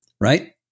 Right